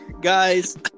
Guys